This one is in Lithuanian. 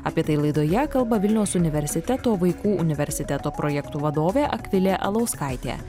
apie tai laidoje kalba vilniaus universiteto vaikų universiteto projektų vadovė akvilė alauskaitė